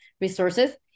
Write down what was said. resources